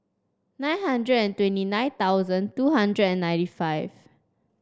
nine hundred and twenty nine thousand two hundred and ninety five